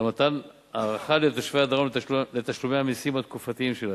על מתן ארכה לתושבי הדרום בתשלומי המסים התקופתיים שלהם.